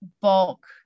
bulk